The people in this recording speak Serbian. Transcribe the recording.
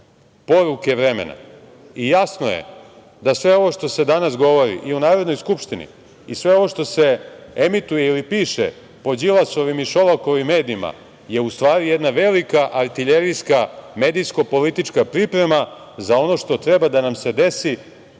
Jasno je da sve ovo što se danas govori i u Narodnoj skupštini i sve ovo što se emituje ili piše po Đilasovim i Šolakovim medijima je u stvari jedna velika artiljerijska, medijsko politička priprema za ono što treba da nam se desi